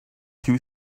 too